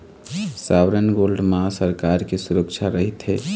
sovereign gold म सरकार के सुरक्छा रहिथे